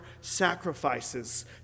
sacrifices